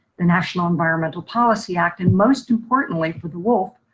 the national environmental policy act, and most importantly for the wolf,